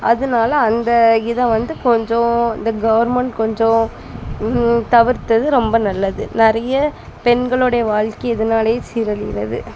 அதனால அந்த இதை வந்து கொஞ்சம் இந்த கவுர்மெண்ட் கொஞ்சம் தவிர்த்தது ரொம்ப நல்லது நிறைய பெண்களுடைய வாழ்க்கை இதனாலையே சீரழிகிறது